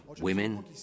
women